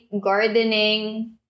gardening